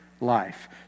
life